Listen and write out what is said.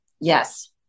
Yes